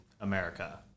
america